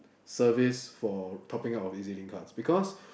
service for topping our visiting cards because